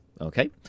okay